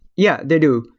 yeah, they do.